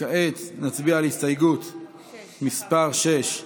כעת נצביע על הסתייגות מס' 6,